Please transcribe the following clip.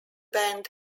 band